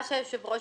מה שהיושב ראש